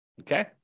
okay